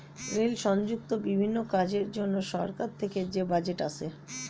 rail সংযুক্ত বিভিন্ন কাজের জন্য সরকার থেকে যে বাজেট আসে